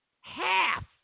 half